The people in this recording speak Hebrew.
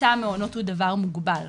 היצע המעונות הוא דבר מוגבל,